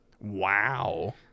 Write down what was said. Wow